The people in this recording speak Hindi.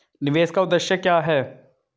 निवेश का उद्देश्य क्या है?